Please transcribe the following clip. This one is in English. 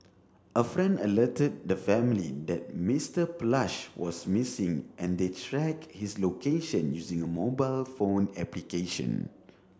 a friend alerted the family that Mister Plush was missing and they tracked his location using a mobile phone application